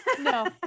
no